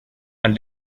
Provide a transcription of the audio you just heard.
and